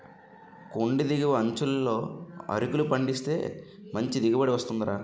కొండి దిగువ అంచులలో అరికలు పండిస్తే మంచి దిగుబడి వస్తుందిరా